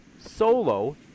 solo